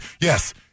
yes